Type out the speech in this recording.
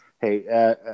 hey